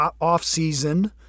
off-season